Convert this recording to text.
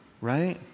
right